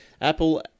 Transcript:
Apple